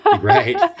right